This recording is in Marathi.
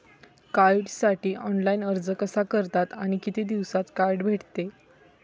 कार्डसाठी ऑनलाइन अर्ज कसा करतात आणि किती दिवसांत कार्ड भेटते?